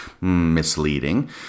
misleading